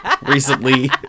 recently